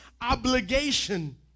obligation